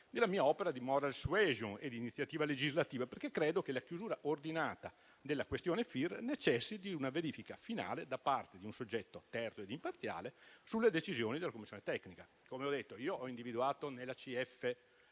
nella mia opera di *moral suasion* e di iniziativa legislativa, perché credo che la chiusura ordinata della questione FIR necessiti di una verifica finale da parte di un soggetto terzo ed imparziale sulle decisioni della commissione tecnica. Come ho detto, io ho individuato nell'ACF